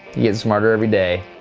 yeah smarter every day.